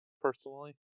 personally